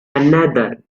another